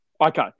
Okay